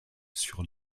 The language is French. sur